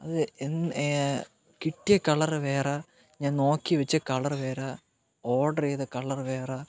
അത് കിട്ടിയ കളര് വേറെ ഞാൻ നോക്കിവെച്ച കളര് വേറെ ഓർഡര് ചെയ്ത കളര് വേറെ